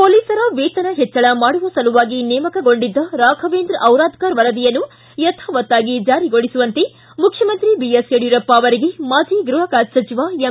ಪೊಲೀಸರ ವೇತನ ಹೆಚ್ಚಳ ಮಾಡುವ ಸಲುವಾಗಿ ನೇಮಕಗೊಂಡಿದ್ದ ರಾಘವೇಂದ್ರ ಡಿರಾದ್ಗರ್ ವರದಿಯನ್ನು ಯಥಾವತ್ತಾಗಿ ಜಾರಿಗೊಳಿಸುವಂತೆ ಮುಖ್ಯಮಂತ್ರಿ ಯಡಿಯೂರಪ್ಪ ಅವರಿಗೆ ಮಾಜಿ ಗೃಹ ಖಾತೆ ಸಚಿವ ಎಂ